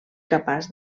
capaç